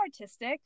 artistic